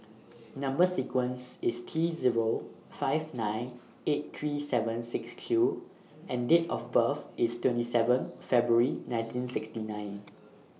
Number sequence IS T Zero five nine eight three seven six Q and Date of birth IS twenty seven February nineteen sixty nine